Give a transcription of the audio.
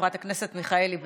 חברת הכנסת מיכאלי,